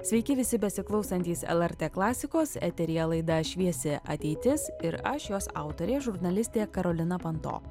sveiki visi besiklausantys lrt klasikos eteryje laida šviesi ateitis ir aš jos autorė žurnalistė karolina panto